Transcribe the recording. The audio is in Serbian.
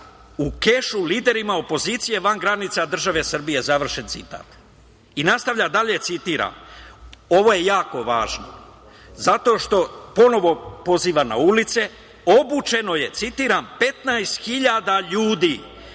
u kešu liderima opozicije van granice države Srbije, završen citat. I nastavlja dalje, citira - ovo je jako važno, zato što ponovo poziva na ulice, obučeno je, citiram - 15 hiljada